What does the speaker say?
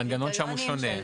המנגנון שם שהוא שונה.